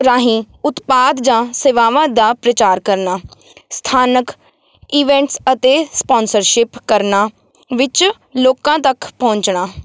ਰਾਹੀਂ ਉਤਪਾਦ ਜਾਂ ਸੇਵਾਵਾਂ ਦਾ ਪ੍ਰਚਾਰ ਕਰਨਾ ਸਥਾਨਕ ਈਵੈਂਟਸ ਅਤੇ ਸਪੋਂਸਰਸ਼ਿਪ ਕਰਨਾ ਵਿੱਚ ਲੋਕਾਂ ਤੱਕ ਪਹੁੰਚਣਾ